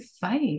fight